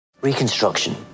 Reconstruction